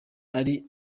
ari